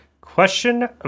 Question